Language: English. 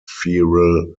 feral